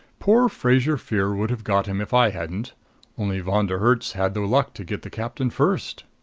poor fraser-freer would have got him if i hadn't only von der herts had the luck to get the captain first.